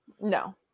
No